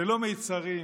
ללא מצרים.